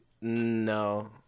No